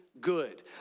good